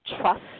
trust